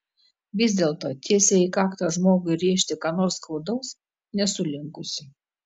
vis dėlto tiesiai į kaktą žmogui rėžti ką nors skaudaus nesu linkusi